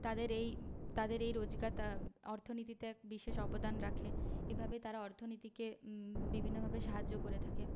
তাদের এই তাদের এই রোজগার অর্থনীতিতে এক বিশেষ অবদান রাখে এভাবে তারা অর্থনীতিকে বিভিন্নভাবে সাহায্য করে থাকে